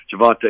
Javante